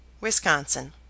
Wisconsin